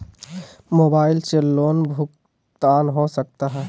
Mobile से loan भुगतान हो सकता है?